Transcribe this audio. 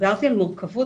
כשדיברתי על מורכבות,